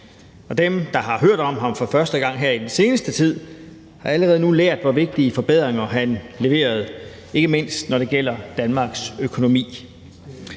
dem, der har hørt om ham for første gang her i den seneste tid, har allerede nu lært, hvor vigtige forbedringer han leverede, ikke mindst når det gælder Danmarks økonomi.